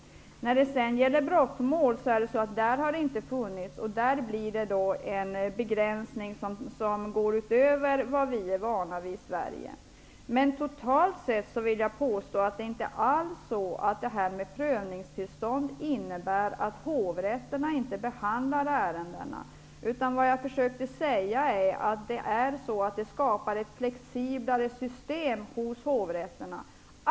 Det har inte funnits ett liknande system för brottmål. Här kommer det nu att ske en begränsning som går utöver det vi är vana vid i Sverige. Jag vill påstå att prövningstillstånd allmänt sett inte alls innebär att hovrätterna inte behandlar ärenden. Det jag försökte säga var att detta skapar ett flexiblare system hos hovrätterna.